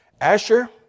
Asher